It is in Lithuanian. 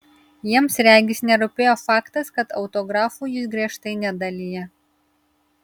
jiems regis nerūpėjo faktas kad autografų jis griežtai nedalija